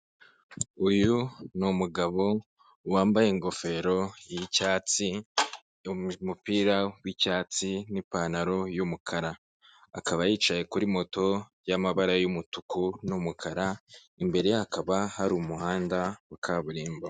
Uyu ni umugabo wambaye ingofero y'icyatsi, umupira w'icyatsi n'ipantaro y'umukara. Akaba yicaye kuri moto y'amabara y'umutuku n'umukara, imbere ye hakaba hari umuhanda wa kaburimbo.